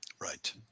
Right